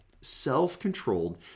self-controlled